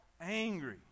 Angry